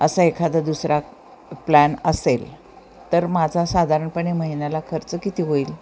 असा एखादा दुसरा प्लॅन असेल तर माझा साधारणपणे महिन्याला खर्च किती होईल